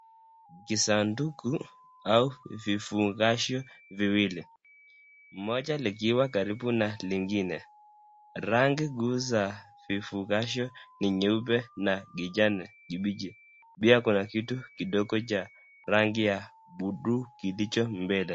Kisanduku au vifungasho viwili. Moja likiwa karibu na lingine. Rangi kuu za vifungasho ni nyeupe na kijani kibichi. Pia kuna kitu kidogo cha rangi ya buluu kilicho mbele.